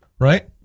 right